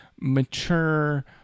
mature